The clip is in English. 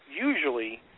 usually